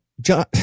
John